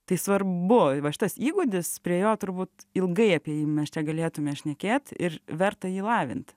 tai svarbu va šitas įgūdis prie jo turbūt ilgai apie jį mes čia galėtumėme šnekėt ir verta jį lavint